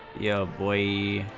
young boy